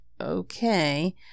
okay